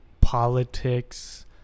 politics